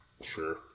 Sure